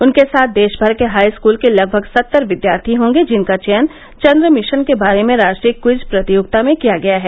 उनके साथ देशभर के हाई स्कूल के लगभग सत्तर विद्यार्थी होंगे जिनका चयन चंद्र मिशन के बारे में राष्ट्रीय क्विज प्रतियोगिता से किया गया है